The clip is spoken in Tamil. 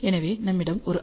எனவே நம்மிடம் ஒரு ஆர்